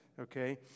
Okay